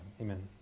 Amen